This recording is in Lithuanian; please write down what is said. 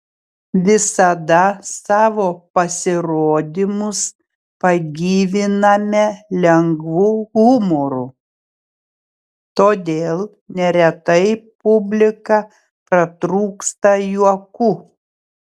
visada savo pasirodymus pagyviname lengvu humoru todėl neretai publika pratrūksta juoku